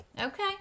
Okay